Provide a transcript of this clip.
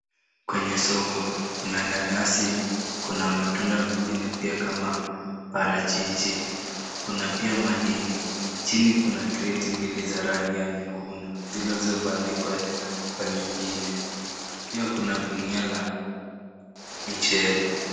Kwenye soko kuna nanasi, kuna matunda mengine pia kama parachichi, kuna pia mahindi. Chini kuna kreti mbili za rangi ya nyekundu zilizobandikwa juu kwa nyingine. Pia kuna gunia la michele.